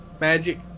magic